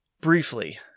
briefly